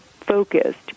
focused